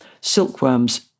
silkworms